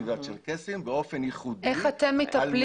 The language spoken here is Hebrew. והצ'רקסיים באופן ייחודי -- איך אתם מטפלים?